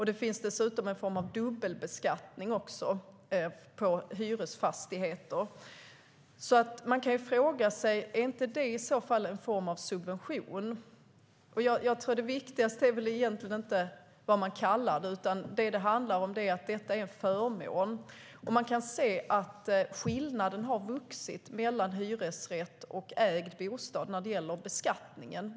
Det finns dessutom en form av dubbelbeskattning på hyresfastigheter. Det viktigaste är inte vad man kallar det utan att det är en förmån. Vi kan se att skillnaden har vuxit mellan hyresrätt och ägd bostad när det gäller beskattningen.